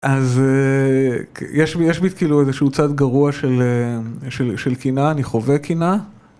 אז יש בית כאילו איזשהו צד גרוע של קינה, אני חווה קינה.